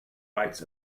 rights